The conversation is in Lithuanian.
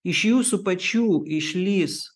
iš jūsų pačių išlįs